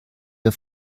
der